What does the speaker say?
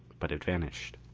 but it vanished.